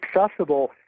accessible